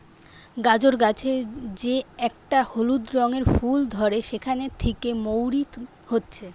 গাজর গাছের যে একটা হলুদ রঙের ফুল ধরে সেখান থিকে মৌরি হচ্ছে